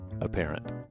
apparent